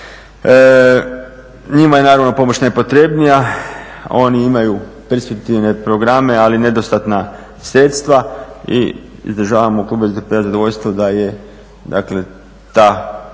Njima je naravno pomoć najpotrebnija. Oni imaju perspektivne programe, ali nedostatna sredstva i izražavamo u klubu SDP-a zadovoljstvo da je, dakle